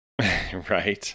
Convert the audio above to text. Right